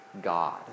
God